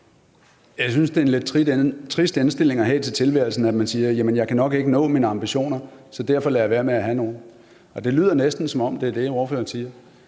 Jeg synes, at det er en lidt trist indstilling at have til tilværelsen, at man siger: Jamen jeg kan nok ikke nå mine ambitioner, så derfor lader jeg være med at have nogen. Det lyder næsten, som om det er det, ordføreren siger.